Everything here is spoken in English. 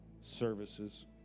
services